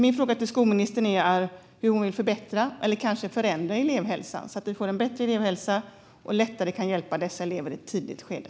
Min fråga till skolministern är: Hur vill hon förbättra eller förändra elevhälsan, så att vi får en bättre elevhälsa och lättare kan hjälpa dessa elever i ett tidigt skede?